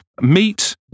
meat